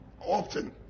often